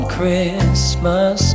Christmas